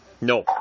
No